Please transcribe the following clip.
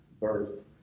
birth